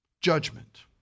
Judgment